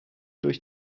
durch